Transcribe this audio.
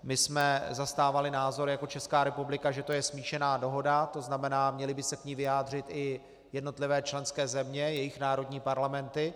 My jsme zastávali názor jako Česká republika, že to je smíšená dohoda, to znamená, měly by se k ní vyjádřit jednotlivé členské země, jejich národní parlamenty.